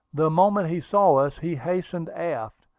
the moment he saw us he hastened aft,